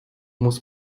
muss